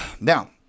Now –